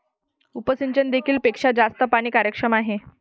उपसिंचन देखील पेक्षा जास्त पाणी कार्यक्षम आहे